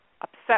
upset